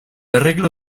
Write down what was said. arreglo